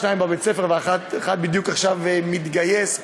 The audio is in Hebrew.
שניים בבית-ספר ואחד בדיוק עכשיו מתגייס,